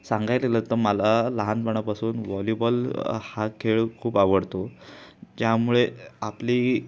सांगायला गेलं तर मला लहानपणापासून वॉलीबॉल हा खेळ खूप आवडतो ज्यामुळे आपली